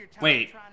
Wait